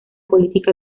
política